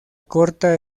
corta